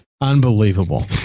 Unbelievable